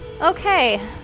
Okay